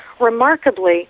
remarkably